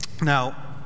Now